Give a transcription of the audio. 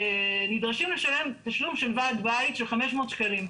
שנדרשים לשלם תשלום של ועד בית של 500 שקלים.